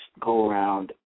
go-around